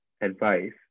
advice